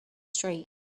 straight